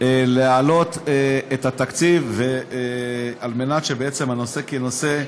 להעלות את התקציב, כדי שבעצם הנושא, כנושא,